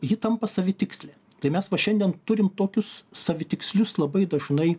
ji tampa savitikslė tai mes va šiandien turim tokius savitikslius labai dažnai